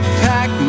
pack